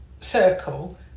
circle